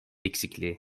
eksikliği